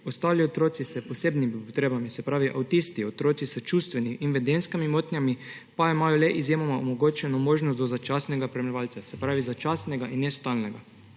ostali otroci s posebnimi potrebami, se pravi avtisti, otroci s čustvenimi in vedenjskimi motnjami, pa imajo le izjemoma omogočeno možnost do začasnega spremljevalca, se pravi začasnega in ne stalnega.